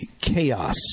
chaos